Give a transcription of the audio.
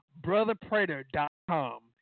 brotherprater.com